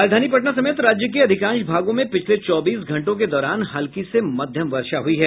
राजधानी पटना समेत राज्य के अधिकांश भागों में पिछले चौबीस घंटों के दौरान हल्की से मध्यम वर्षा हुई है